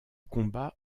combat